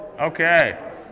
Okay